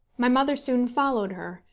my mother soon followed her,